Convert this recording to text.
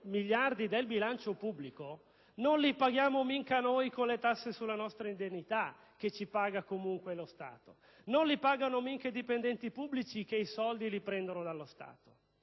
miliardi del bilancio pubblico non li paghiamo mica noi con le tasse sulla nostra indennità, che ci paga comunque lo Stato, non li pagano mica i dipendenti pubblici, che i soldi li ricevono dallo Stato: